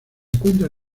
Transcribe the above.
encuentra